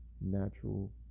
natural